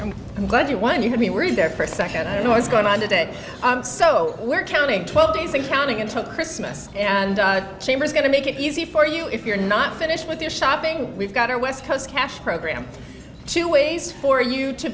and i'm glad you won you could be worried there for a second i don't know what's going on today i'm so we're counting twelve days and counting until christmas and chambers going to make it easy for you if you're not finished with your shopping we've got our west coast cash program two ways for you to